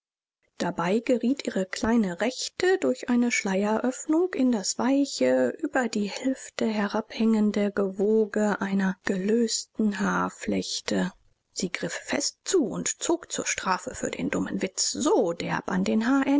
dabei geriet ihre kleine rechte durch eine schleieröffnung in das weiche über die hüfte herabhängende gewoge einer gelösten haarflechte sie griff fest zu und zog zur strafe für den dummen witz so derb an den